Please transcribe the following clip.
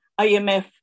IMF